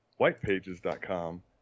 whitepages.com